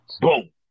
Boom